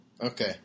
Okay